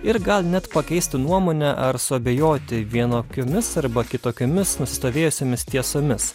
ir gal net pakeisti nuomonę ar suabejoti vienokiomis arba kitokiomis nusistovėjusiomis tiesomis